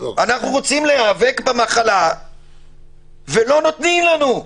אנחנו רוצים להיאבק במחלה ולא נותנים לנו.